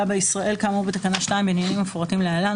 בישראל כאמור בתקנה 2 בעניינים המפורטים להלן,